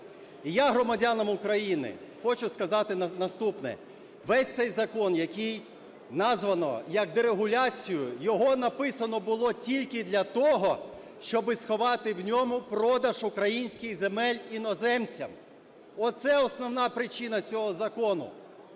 І я громадянам України хочу сказати наступне. Весь цей закон, який названо як дерегуляцію, його написано було тільки для того, щоби сховати в ньому продаж українських земель іноземцям – оце основна причина цього закону.